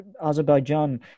Azerbaijan